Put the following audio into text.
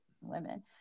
women